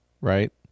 right